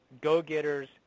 go-getters